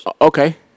Okay